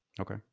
Okay